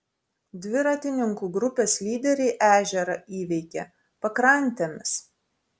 dviratininkų grupės lyderiai ežerą įveikė pakrantėmis